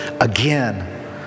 again